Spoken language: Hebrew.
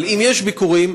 אבל אם יש ביקורים,